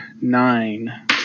nine